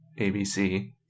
abc